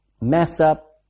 mess-up